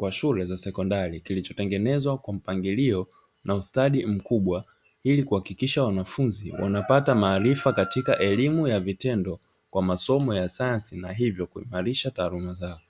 cha shule ya sekondari kilichotengenezwa kwa mpangilio na ustadi mkubwa, ili kuhakikisha wanafunzi wanapata maarifa katika elimu ya vitendo kwa masomo ya sayansi, na hivyo kuimarisha taaluma zao.